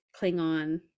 klingon